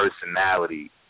personality